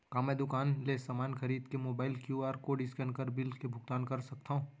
का मैं दुकान ले समान खरीद के मोबाइल क्यू.आर कोड स्कैन कर बिल के भुगतान कर सकथव?